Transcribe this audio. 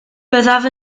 byddaf